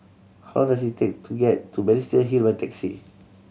how long is it take to get to Balestier Hill by taxi